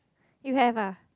you have ah